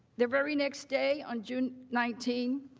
the very next day on june nineteen,